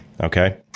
Okay